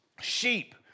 sheep